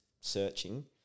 searching